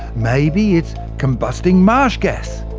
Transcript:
maybe it's combusting marsh gas.